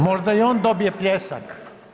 Možda i on dobije pljesak.